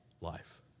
life